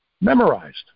Memorized